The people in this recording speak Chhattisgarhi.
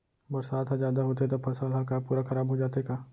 बरसात ह जादा होथे त फसल ह का पूरा खराब हो जाथे का?